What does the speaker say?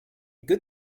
good